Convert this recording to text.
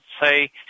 say